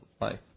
life